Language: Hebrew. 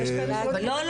לא,